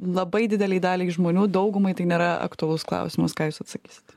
labai didelei daliai žmonių daugumai tai nėra aktualus klausimas ką jūs atsakysit